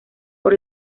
por